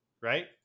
Right